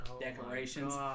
decorations